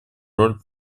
роль